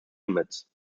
limits